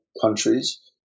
countries